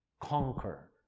Conquer